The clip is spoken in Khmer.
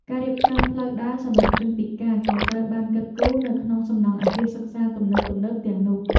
ការរៀបចំផ្លូវដើរសម្រាប់ជនពិការក៏ត្រូវបានគិតគូរនៅក្នុងសំណង់អគារសិក្សាទំនើបៗទាំងនោះ។